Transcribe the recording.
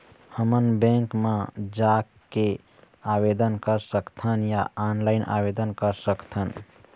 हमन बैंक मा जाके आवेदन कर सकथन या ऑनलाइन आवेदन कर सकथन?